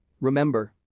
remember